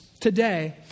today